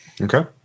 Okay